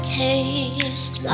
taste